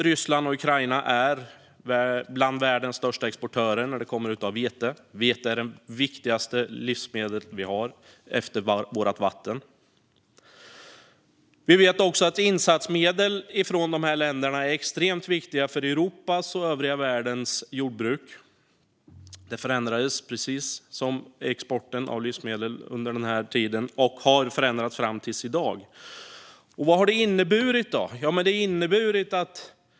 Ryssland och Ukraina är bland världens största exportörer av vete. Vete är det viktigaste livsmedlet vi har, efter vattnet. Insatsmedel från dessa länder är extremt viktiga för Europas och övriga världens jordbruk. Den exporten förändrades, precis som exporten av vete, under den här tiden och fram till i dag. Vad har då detta inneburit?